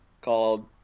called